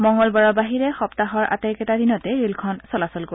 মঙলবাৰৰ বাহিৰে সপ্তাহৰ আটাইকেইটা দিনতে ৰেলখন চলাচল কৰিব